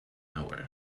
nowhere